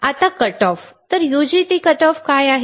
तर UJT cut off cut off काय आहे